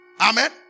Amen